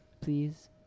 Please